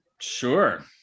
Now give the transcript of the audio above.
sure